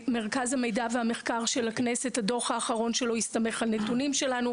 הדוח האחרון של מרכז המידע והמחקר של הכנסת הסתמך על נתונים שלנו.